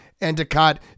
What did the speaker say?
Endicott